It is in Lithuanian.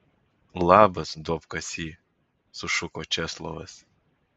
labas duobkasy sušuko česlovas